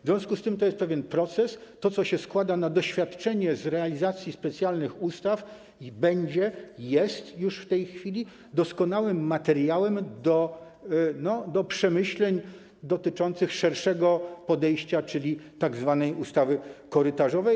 W związku z tym to jest pewien proces, to, co się składa na doświadczenie z realizacji specjalnych ustaw, i będzie to, jest już w tej chwili, doskonałym materiałem do przemyśleń dotyczących szerszego podejścia, czyli tzw. ustawy korytarzowej.